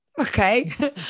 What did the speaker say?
okay